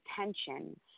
attention